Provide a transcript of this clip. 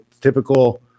typical